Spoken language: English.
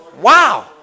Wow